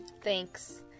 thanks